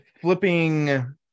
flipping